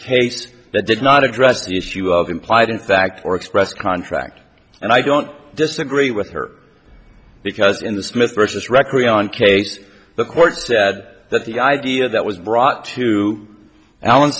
case that did not address the issue of implied in fact or expressed contract and i don't disagree with her because in the smith versus record on case the court said that the idea that was brought to alan